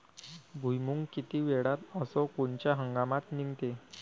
भुईमुंग किती वेळात अस कोनच्या हंगामात निगते?